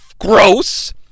Gross